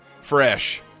fresh